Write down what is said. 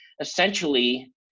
essentially